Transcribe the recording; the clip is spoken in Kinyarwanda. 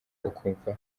ukumva